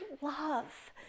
love